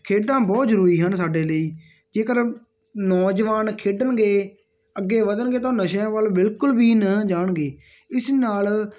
ਖੇਡਾਂ ਬਹੁਤ ਜ਼ਰੂਰੀ ਹਨ ਸਾਡੇ ਲਈ ਜੇਕਰ ਨੌਜਵਾਨ ਖੇਡਣਗੇ ਅੱਗੇ ਵਧਣਗੇ ਤਾਂ ਨਸ਼ਿਆਂ ਵੱਲ ਬਿਲਕੁਲ ਵੀ ਨਾ ਜਾਣਗੇ ਇਸ ਨਾਲ